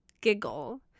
giggle